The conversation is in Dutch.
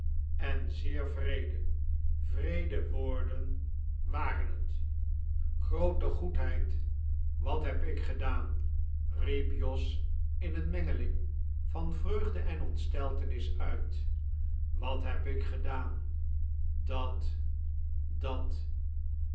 en zeer wreede wreede woorden waren het groote goedheid wat heb ik gedaan riep jos in een mengeling van vreugde en ontsteltenis uit wat heb ik gedaan dat dat